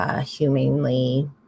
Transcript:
humanely